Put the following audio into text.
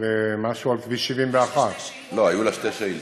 משהו על כביש 71. יש לי שתי שאילתות,